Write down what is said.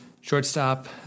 shortstop